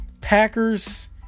Packers